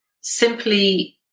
simply